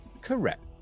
Correct